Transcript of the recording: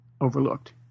overlooked